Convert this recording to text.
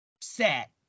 set